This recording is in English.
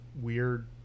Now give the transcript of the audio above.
weird